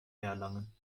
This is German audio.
erlangen